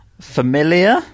Familiar